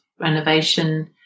renovation